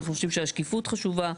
אנחנו חושבים שהשקיפות חשובה,